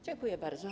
Dziękuję bardzo.